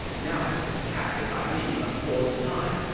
now he's been captured by me a fourth time.